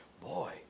boy